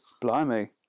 Blimey